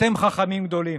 אתם חכמים גדולים.